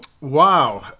Wow